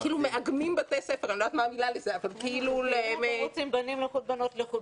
מאגמים בתי ספר --- בחינוך הזה בנים לחוד ובנות לחוד,